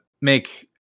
make